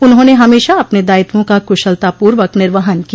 उन्होंने हमेशा अपने दायित्वों का कुशलतापूर्वक निवर्हन किया